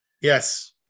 Yes